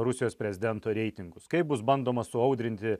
rusijos prezidento reitingus kaip bus bandoma suaudrinti